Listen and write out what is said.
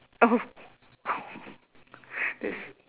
oh that's